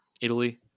Italy